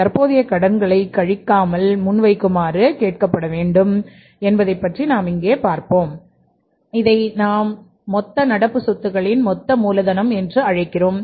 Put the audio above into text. தற்போதைய கடன்களைக் கழிக்காமல் முன்வைக்குமாறு கேட்கப்பட வேண்டும் என்பதைப்பற்றி நாம் இங்கே பார்க்கப் போகிறோம் இதை நாம் மொத்த நடப்பு சொத்துகளின் மொத்த மூலதனம் என்று அழைக்கிறோம்